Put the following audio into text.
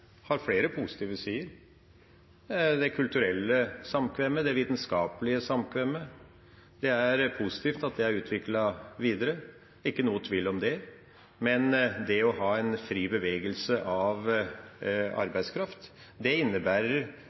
har flere positive sider – det kulturelle samkvemmet, det vitenskapelige samkvemmet. Det er positivt at det er utviklet videre, det er ikke noen tvil om det. Men det å ha fri bevegelse av arbeidskraft innebærer større ulemper enn fordeler. Det